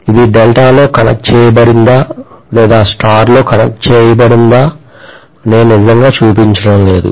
ఇది డెల్టాలో కనెక్ట్ చేయబడిందా లేదా స్టార్ లో కనెక్ట్ చేయబడిందో నేను నిజంగా చూపించడం లేదు